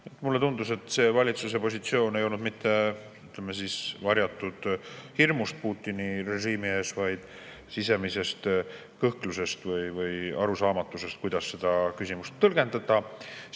Mulle tundus, et valitsuse positsioon ei olnud tingitud varjatud hirmust Putini režiimi ees, vaid sisemisest kõhklusest või arusaamatusest, kuidas seda küsimust tõlgendada.